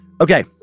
Okay